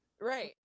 right